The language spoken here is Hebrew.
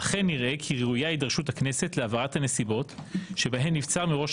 אכן ראה כי ראויה הידרשות הכנסת להבהרת הנסיבות בהן נבצר מראש